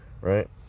right